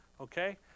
Okay